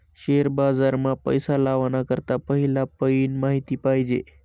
share बाजार मा पैसा लावाना करता पहिला पयीन माहिती पायजे